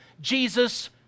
Jesus